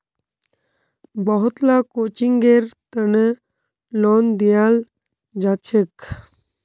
बहुत ला कोचिंगेर तने लोन दियाल जाछेक